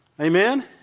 Amen